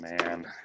man